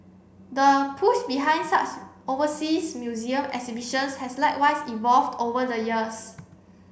the push behind such overseas museum exhibitions has likewise evolved over the years